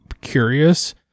curious